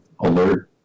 alert